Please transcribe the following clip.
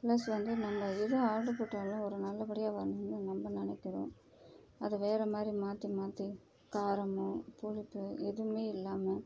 plus வந்து நம்ப எது ஆட்ரு போட்டாலும் ஒரு நல்லபடியாக வரணுன்னு நம்ப நினைக்கிறோம் அதை வேறு மாதிரி மாற்றி மாற்றி காரமோ புளிப்பு எதுவுமே இல்லாமல்